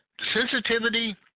Sensitivity